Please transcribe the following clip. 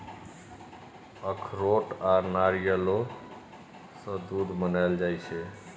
अखरोट आ नारियलो सँ दूध बनाएल जाइ छै